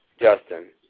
Justin